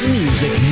music